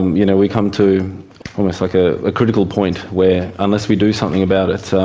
you know, we come to almost like a critical point where unless we do something about it,